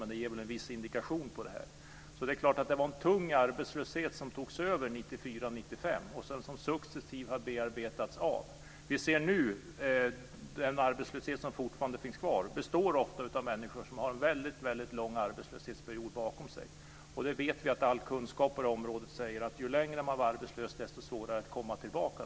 Men det ger väl en viss indikation. Det var en tung arbetslöshet som togs över 1994 och 1995, som successivt har bearbetats. Vi ser nu att den arbetslöshet som fortfarande finns kvar ofta består av människor som har en mycket lång arbetslöshetsperiod bakom sig. Vi vet att all kunskap på det här området säger att ju längre man har varit arbetslös, desto svårare är det att komma tillbaka.